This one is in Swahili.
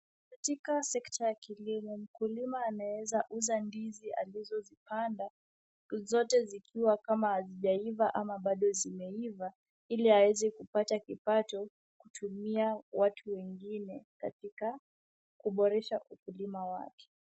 Katika sekta ya kilimo, mkulima anaweza uza ndizi alizozipanda, zote zikiwa kama hazijaiva au bado zimeiva, ili aweze kupata kipato kutumia watu wengine katika kuboresha ukulima wake.